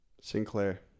Sinclair